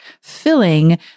filling